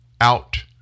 out